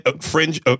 Fringe